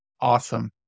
Awesome